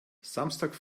samstags